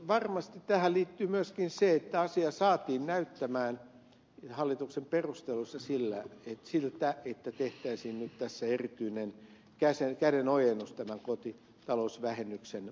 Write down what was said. varmasti tähän liittyy myöskin se että asia saatiin näyttämään hallituksen perusteluissa siltä että tehtäisiin nyt tässä erityinen kädenojennus tämän kotitalousvähennyksen